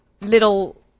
little